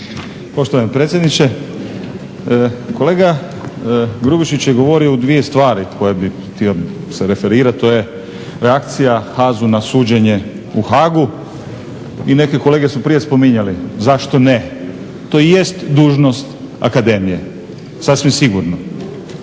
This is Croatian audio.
Poštovani predsjedniče, kolega Grubišić je govorio o dvije stvari koje bih htio se referirati. To je reakcija HAZ-u na suđenje u Haagu i neke kolege su prije spominjale zašto ne. To i jest dužnost Akademije sasvim sigurno.